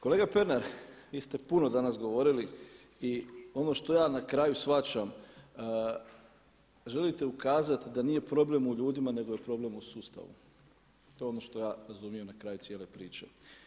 Kolega Pernar, vi ste puno danas govorili i ono što ja na kraju shvaćam želite ukazati da nije problem u ljudima nego je problem u sustavu, to je ono što ja razumijem na kraju cijele priče.